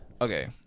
okay